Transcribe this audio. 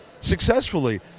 successfully